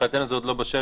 מבחינתנו זה עוד לא בשל.